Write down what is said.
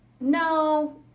No